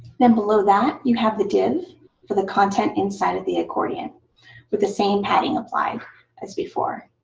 then below that you have the div for the content inside of the accordion with the same padding applied as before.